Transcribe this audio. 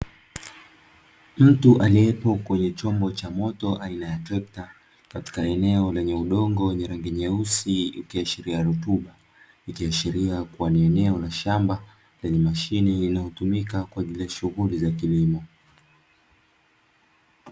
Mtu aliyepo kwenye chombo cha moto aina ya trekta katika eneo lenye udongo wenye rangi nyeusi ukiashiria rutuba, ikiashiria ni eneo la shamba lenye mashine inayotumika kwa ajili ya shughuli za kilimo.